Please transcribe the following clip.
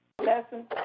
Lesson